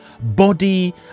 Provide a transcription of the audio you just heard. body